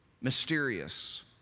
mysterious